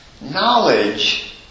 knowledge